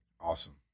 awesome